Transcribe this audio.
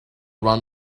run